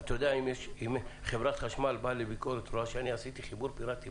אם חברת החשמל באה לביקורת ורואה שאני עשיתי חיבור פיראטי,